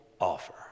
offer